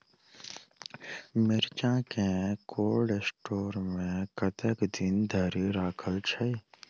मिर्चा केँ cold store मे कतेक दिन धरि राखल छैय?